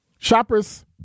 Shoppers